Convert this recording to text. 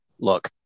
look